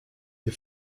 ihr